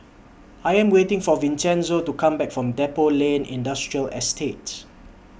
I Am waiting For Vincenzo to Come Back from Depot Lane Industrial Estate